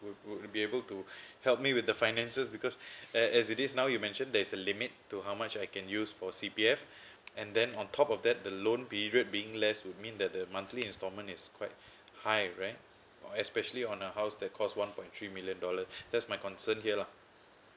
would would be able to help me with the finances because as it is now you mention there's a limit to how much I can use for C_P_F and then on top of that the loan period being less would mean that the monthly installment is quite high right especially on a house that cost one point three million dollars that's my concern here lah